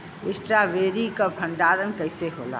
Strawberry के भंडारन कइसे होला?